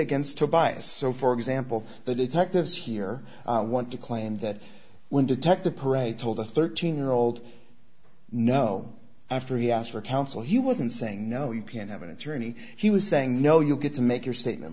against tobias so for example the detectives here want to claim that when detective parade told a thirteen year old no after he asked for counsel he wasn't saying no you can't have an attorney he was saying no you get to make your statement